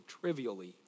Trivially